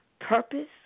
purpose